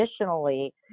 additionally